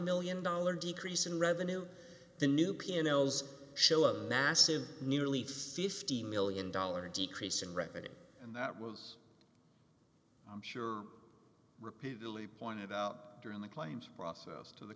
million dollars decrease in revenue the new pianos show a massive nearly fifty million dollars decrease in reckoning and that will i'm sure repeatedly pointed out during the claims process to the